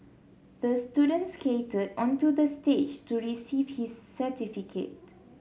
the student skated onto the stage to receive his certificate